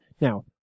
Now